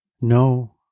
No